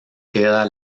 queda